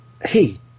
hey